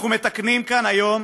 אנחנו מתקנים כאן היום